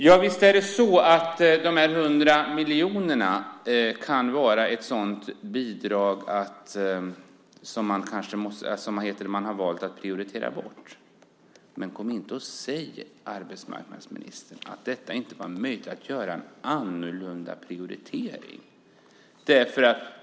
Ja, visst är det så att de 100 miljonerna kan vara ett sådant bidrag som man valt att prioritera bort. Men, arbetsmarknadsministern, kom inte och säg att det inte var möjligt att göra en annan prioritering!